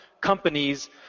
companies